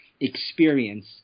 experience